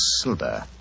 silver